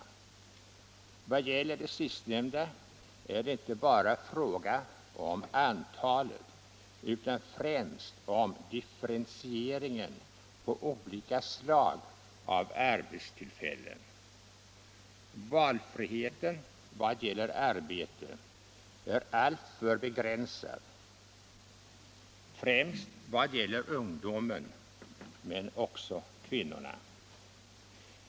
I vad gäller de sistnämnda är det inte bara fråga om antalet utan främst om differentieringen på olika slag av arbetstillfällen. Valfriheten i fråga om arbete är alltför begränsad, främst för ungdomen men också för kvinnorna.